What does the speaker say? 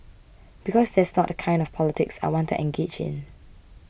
because that's not the kind of the politics I want to engage in